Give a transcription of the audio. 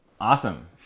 Awesome